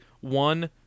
one